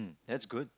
that's good